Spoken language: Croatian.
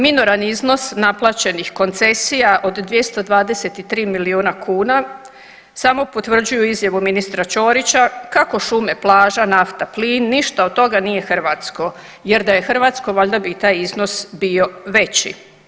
Minoran iznos naplaćenih koncesija od 223 milijuna kuna samo potvrđuje izjavu ministra Čorića kako šume, plaža nafta, plin ništa od toga nije hrvatsko jer da je hrvatsko, valjda bi i taj iznos bio veći.